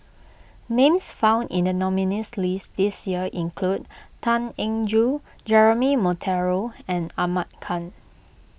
names found in the nominees' list this year include Tan Eng Joo Jeremy Monteiro and Ahmad Khan